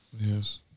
yes